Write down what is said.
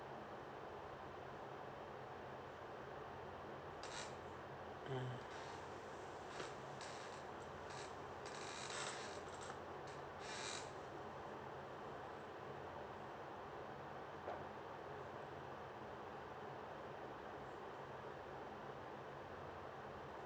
mm